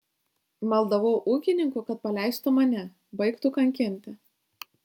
maldavau ūkininkų kad paleistų mane baigtų kankinti